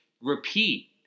repeat